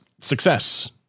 success